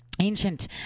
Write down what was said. ancient